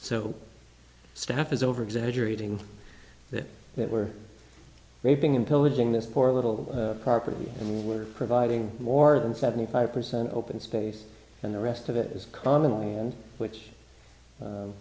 so staff is over exaggerating that they were raping and pillaging this poor little property and we were providing more than seventy five percent open space and the rest of it is